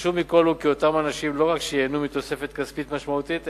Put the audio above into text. החשוב מכול הוא כי אותם אנשים לא רק ייהנו מתוספת כספית משמעותית,